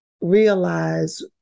realize